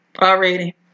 already